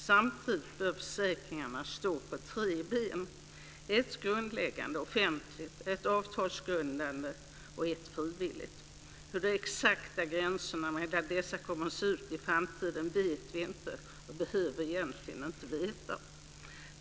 Samtidigt bör försäkringarna stå på tre ben: ett grundläggande offentligt, ett avtalsgrundat och ett frivilligt. Hur de exakta gränserna mellan dessa kommer att se ut i framtiden vet vi inte, och vi behöver egentligen inte veta det.